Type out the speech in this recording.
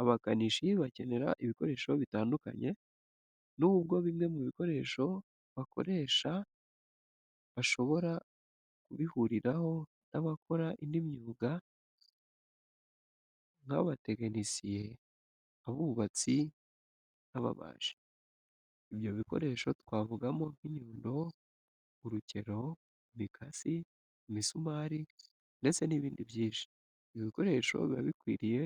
Abakanishi bakenera ibikoresho bitandukanye n'ubwo bimwe mu bikoresho bakoresha bashobora kubihuriraho n'abakora indi myuga nk'abatekinisiye, abubatsi n'ababaji. Ibyo bikoresho twavugamo nk'inyundo, urukero, imikasi, imisumari ndetse n'ibindi byinshi. Ibi bikoresho biba bikwiriye